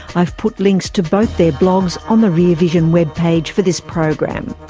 i've put links to both their blogs on the rear vision webpage for this program.